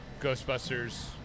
Ghostbusters